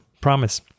Promise